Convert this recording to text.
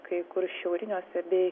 kai kur šiauriniuose bei